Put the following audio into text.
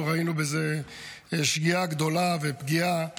אנחנו ראינו בזה שגיאה גדולה ופגיעה